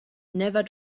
never